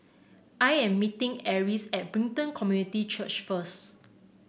I am meeting Eris at Brighton Community Church first